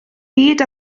byd